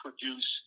produce